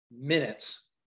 minutes